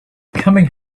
coming